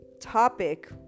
topic